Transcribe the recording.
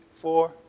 four